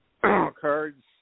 cards